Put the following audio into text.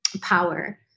power